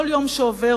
כל יום שעובר,